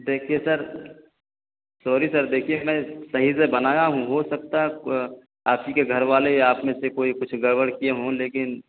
دیکھیے sir sorry sir دیکھیے میں صحیح سے بنایا ہوں ہو سکتا ہے آپ ہی کے گھر والے یا آپ میں سے کوئی کچھ گڑبڑ کیے ہوں لیکن